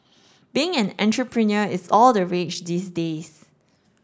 being an entrepreneur is all the rage these days